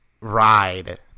ride